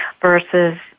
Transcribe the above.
versus